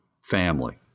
family